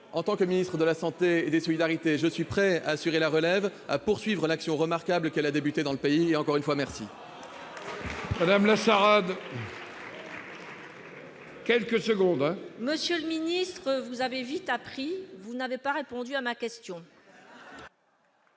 en tant que ministre de la santé et des solidarités, je suis prêt à assurer la relève, à poursuivre l'action remarquable qu'elle a engagée dans le pays. Encore une fois, madame